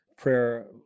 prayer